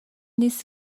نیست